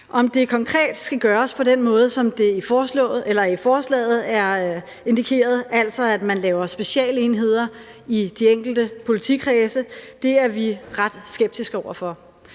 Om det konkret skal gøres på den måde, som det i forslaget er indikeret, altså at man laver specialenheder i de enkelte politikredse, er vi ret skeptiske over for.